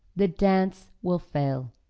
the dance will fail.